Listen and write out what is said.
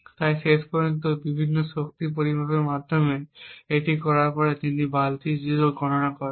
তাই শেষ পর্যন্ত বিভিন্ন শক্তি পরিমাপের মাধ্যমে এটি করার পরে তিনি বালতি 0 এর গড় গণনা করেন